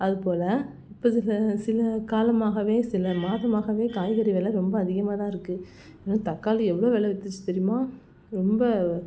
அதுப்போல இப்போ சில காலமாகவே சில மாதமாகவே காய்கறி வில ரொம்ப அதிகமாதான் இருக்குது அதுவும் தக்காளி எவ்வளோ வில வித்துச்சு தெரியுமா ரொம்ப